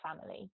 family